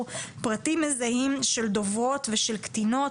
פרטים מזהים של דוברות ושל קטינות,